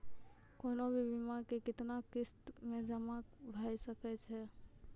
कोनो भी बीमा के कितना किस्त मे जमा भाय सके छै?